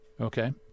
Okay